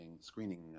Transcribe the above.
screening